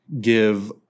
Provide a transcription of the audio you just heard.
give